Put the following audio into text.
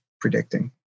predicting